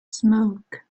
smoke